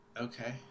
Okay